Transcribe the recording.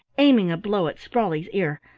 aiming a blow at sprawley's ear.